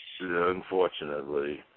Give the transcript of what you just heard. Unfortunately